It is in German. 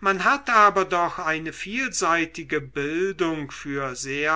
man hat aber doch eine vielseitige bildung für